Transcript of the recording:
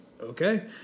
okay